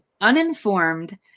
uninformed